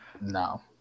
No